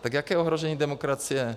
Tak jaké ohrožení demokracie?